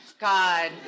god